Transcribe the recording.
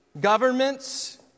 governments